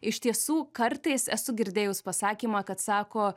iš tiesų kartais esu girdėjus pasakymą kad sako